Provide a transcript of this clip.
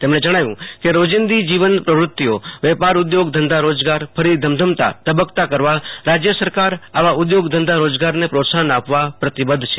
તેમણે જણાવ્યું કે રોજિંદી જીવન પ્રવૃત્તિઓવેપારઉદ્યોગધંધા રોજગાર ફરી ધમધમતા ધબકતા કરવા રાજ્ય સરક્રોર ઑવા ઉદ્યોગ ધંધા રોજગારને પ્રોત્સાફન આપવા પ્રતિબદ્ધ છે